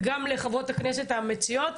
וגם לחברות הכנסת המציעות,